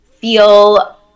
feel